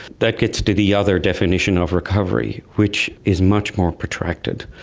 that gets to the other definition of recovery, which is much more protracted.